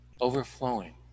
overflowing